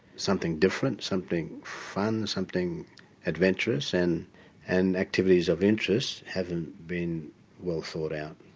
something different, something fun, something adventurous, and and activities of interest haven't been well thought out.